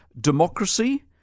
democracy